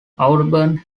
audubon